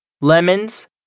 lemons